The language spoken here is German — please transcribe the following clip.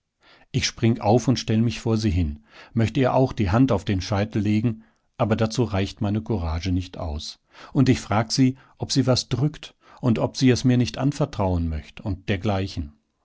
ich spring auf und stell mich vor sie hin möcht ihr auch die hand auf den scheitel legen aber dazu reicht meine courage nicht aus und ich frag sie ob sie was drückt und ob sie es mir nicht anvertrauen möcht und dergleichen